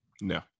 no